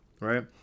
right